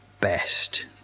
best